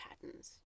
patterns